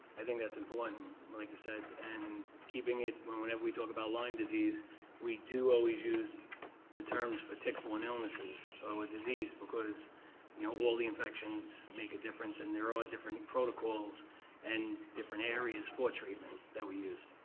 i think that's important like you said and keeping it. whenever we talk about lyme disease we do always use the terms for tick-borne illnesses or a disease, because you know all the infections make a difference and there are all different protocols and different areas for treatment that we use.